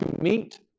meet